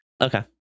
Okay